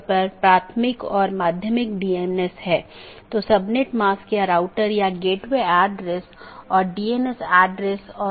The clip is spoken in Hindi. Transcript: अगर हम BGP घटकों को देखते हैं तो हम देखते हैं कि क्या यह ऑटॉनमस सिस्टम AS1 AS2 इत्यादि हैं